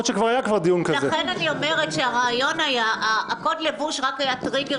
לכן אני אומרת שקוד הלבוש היה רק טריגר